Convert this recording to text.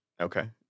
Okay